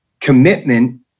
commitment